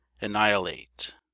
annihilate